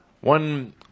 One